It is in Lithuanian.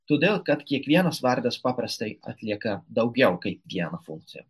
todėl kad kiekvienas vardas paprastai atlieka daugiau kaip vieną funkciją